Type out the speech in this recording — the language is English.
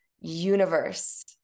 universe